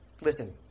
Listen